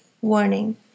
Warning